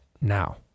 now